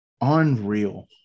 unreal